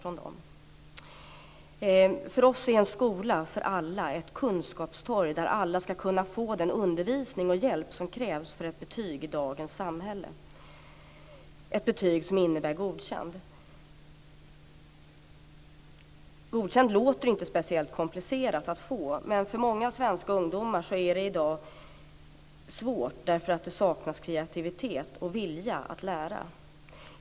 De säger: För oss är en skola för alla ett kunskapstorg där alla ska kunna få den undervisning och hjälp som krävs för ett betyg i dagens samhälle, ett betyg som innebär godkänt. Det låter inte speciellt komplicerat att få godkänt. Men för många svenska ungdomar är det i dag svårt, eftersom det saknas kreativitet och vilja att lära.